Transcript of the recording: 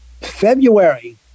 February